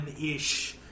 ish